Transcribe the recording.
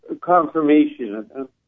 confirmation